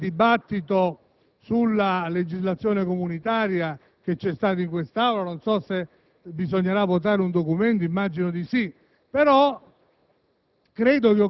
Ho seguito il dibattito sulla legislazione comunitaria svoltosi in quest'Aula; non so se bisognerà votare un documento - immagino di sì - però